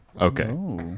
okay